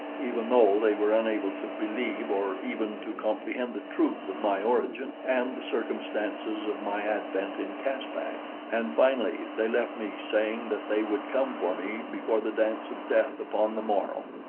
even though they were unable to believe or even to comprehend the truth of my origin and the circumstances of my advent in caspak and finally they left me saying that they would come for me before the dance of death upon the morrow.